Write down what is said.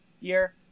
year